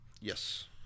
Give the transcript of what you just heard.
Yes